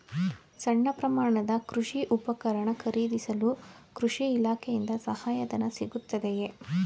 ಸಣ್ಣ ಪ್ರಮಾಣದ ಕೃಷಿ ಉಪಕರಣ ಖರೀದಿಸಲು ಕೃಷಿ ಇಲಾಖೆಯಿಂದ ಸಹಾಯಧನ ಸಿಗುತ್ತದೆಯೇ?